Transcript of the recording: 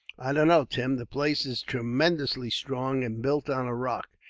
i don't know, tim. the place is tremendously strong, and built on a rock.